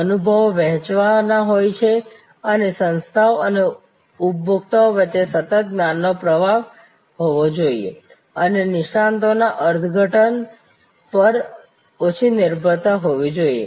અનુભવો વહેંચવાના હોય છે અને સંસ્થા અને ઉપભોક્તા વચ્ચે સતત જ્ઞાનનો પ્રવાહ હોવો જોઈએ અને નિષ્ણાતોના અર્થઘટન પર ઓછી નિર્ભરતા હોવી જોઈએ